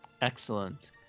excellent